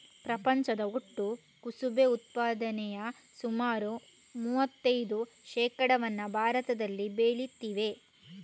ಪ್ರಪಂಚದ ಒಟ್ಟು ಕುಸುಬೆ ಉತ್ಪಾದನೆಯ ಸುಮಾರು ಮೂವತ್ತೈದು ಶೇಕಡಾವನ್ನ ಭಾರತದಲ್ಲಿ ಬೆಳೀತೇವೆ